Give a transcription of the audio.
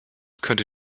könnte